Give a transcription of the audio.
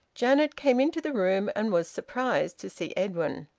janet came into the room, and was surprised to see edwin.